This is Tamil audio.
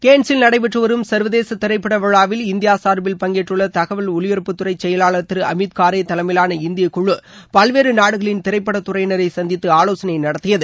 கேன்ஸில் நடைபெற்று வரும் சர்வதேச திரைப்பட விழாவில் இந்தியா சார்பில் பங்கேற்றுள்ள தகவல் ஒலிபரப்புத்துறை செயவாளர் திரு அமித்கரே தலைமையிலான இந்திய குழு பல்வேறு நாடுகளின் திரைப்பட துறையினரை சந்தித்து ஆவோசனை நடத்தியது